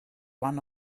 one